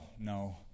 no